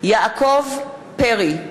יעקב פרי,